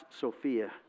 Sophia